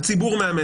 'הציבור מאבד',